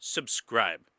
Subscribe